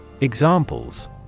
Examples